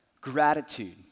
Gratitude